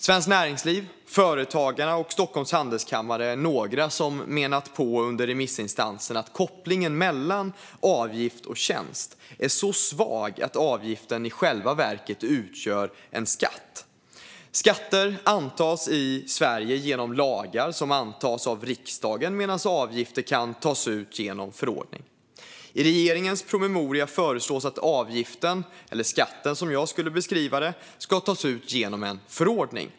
Svenskt Näringsliv, Företagarna och Stockholms Handelskammare är några remissinstanser som menar att kopplingen mellan avgift och tjänst är så svag att avgiften i själva verket utgör en skatt. Skatter antas i Sverige genom lagar som antas av riksdagen, medan avgifter kan tas ut genom förordningar. I regeringens promemoria föreslås att avgiften - eller skatten, som jag skulle beskriva det - ska tas ut genom en förordning.